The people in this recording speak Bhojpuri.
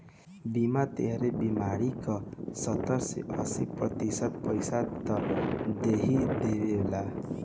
बीमा तोहरे बीमारी क सत्तर से अस्सी प्रतिशत पइसा त देहिए देवेला